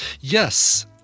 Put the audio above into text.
Yes